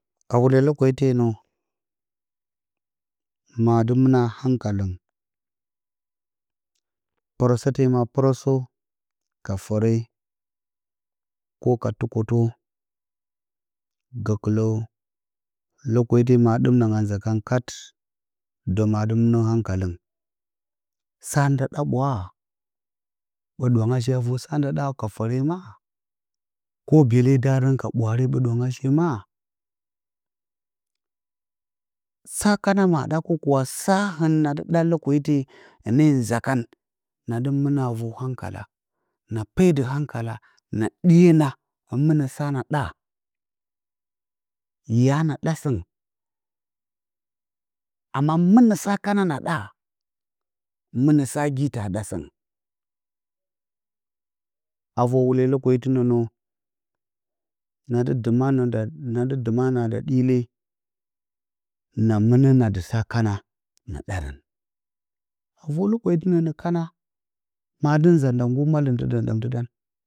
Ka wule lokitai wo nə ma dɨ mɨna a hankaləng pɨrəsə te ma pɨrəsə ka fəre koh ka tu kotə gəkələ lokati ma ma dɨm nəngɨn a nza kan kat də ma dɨ hankaləng sa nda ɗa ɓwaa ɓə ɗwangashe a vər sa nda ɗa ka fɨre ma? Koh byeledarə ka ɓwaare ɓə ɗwangashe ma? Sa kana ma ɗa koh kuwa sa hɨnna dɨ ɗa lokati hɨne nza kan na dɨ mɨna a vər hankala na pe də hankala na dɨiyə na mɨnə sa na ɗa? Ya naɗa sɨngɨn? Amma mɨnə sa kana na ɗa? Mɨnə sa gi ta ɗa sɨngɨn? A vər wule lokati we ma dɨ dɨma na na dɨ dɨma na dɨ ɗile na mɨnə na də sa kana na ɗarən a və lokati we nə kana ma dɨ nza nda nggur malɨmtɨ ɗəm ɗəmtədan.